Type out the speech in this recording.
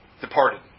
departed